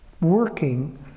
working